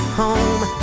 home